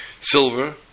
silver